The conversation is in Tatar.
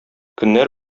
көннәр